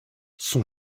son